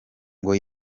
ngo